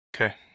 Okay